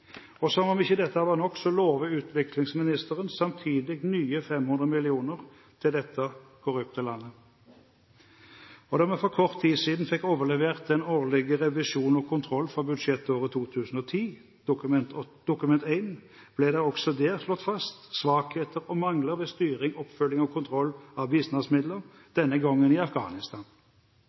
Og som om ikke dette var nok, lover utviklingsministeren samtidig nye 500 mill. kr til dette korrupte landet. Da vi for kort tid siden fikk overlevert den årlige revisjon og kontroll for budsjettåret 2010 – Dokument 1 – ble det også der slått fast svakheter og mangler ved styring, oppfølging og kontroll av bistandsmidler, denne gangen i Afghanistan.